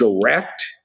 direct